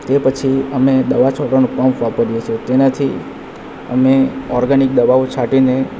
તે પછી અમે દવા છાંટવાનો પંપ વાપરીએ છીએ તેનાથી અમે ઓર્ગેનિક દવાઓ છાંટીને